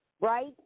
Right